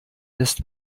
lässt